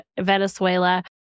Venezuela